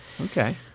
Okay